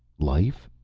life?